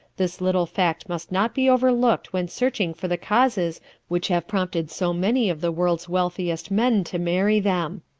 this little fact must not be overlooked when searching for the causes which have prompted so many of the world's wealthiest men to marry them.